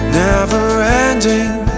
never-ending